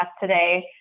today